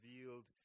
revealed